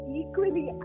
equally